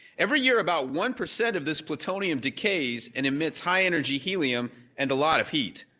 every year, about one percent of this plutonium decays and emits high energy helium and a lot of heat.